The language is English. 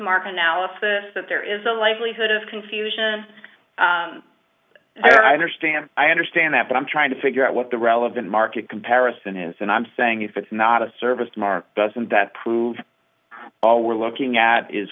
market analysis that there is a likelihood of confusion i understand i understand that but i'm trying to figure out what the relevant market comparison is and i'm saying if it's not a service mark doesn't that prove all we're looking at is